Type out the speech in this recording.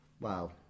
Wow